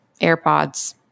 AirPods